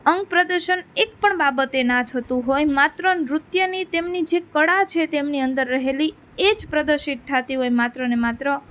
અંગપ્રદર્શન એક પણ બાબતે ના થતું હોય માત્ર નૃત્યની તેમની જે કળા છે તેમની અંદર રહેલી એ જ પ્રદર્શિત થતી હોય માત્ર ને માત્ર